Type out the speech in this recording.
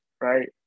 right